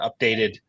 updated